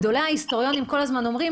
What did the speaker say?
גדולי ההיסטוריונים כל הזמן אומרים